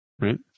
Right